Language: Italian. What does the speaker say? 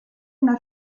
una